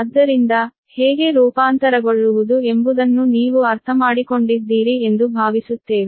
ಆದ್ದರಿಂದ ಹೇಗೆ ರೂಪಾಂತರಗೊಳ್ಳುವುದು ಎಂಬುದನ್ನು ನೀವು ಅರ್ಥಮಾಡಿಕೊಂಡಿದ್ದೀರಿ ಎಂದು ಭಾವಿಸುತ್ತೇವೆ